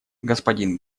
господин